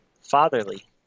fatherly